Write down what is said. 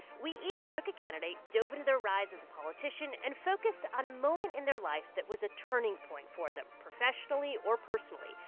we each took a candidate, dove into their rise as a politician and focused on a moment in their life that was a turning point for them professionally or personally,